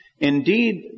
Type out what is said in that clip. Indeed